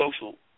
social